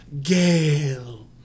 Gale